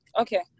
Okay